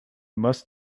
must